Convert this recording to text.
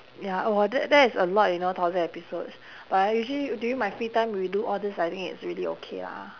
ya !wah! that that is a lot you know thousand episodes but I usually during my free time we do all this I think it's really okay lah